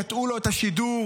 קטעו לו את השידור,